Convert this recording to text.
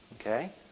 Okay